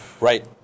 Right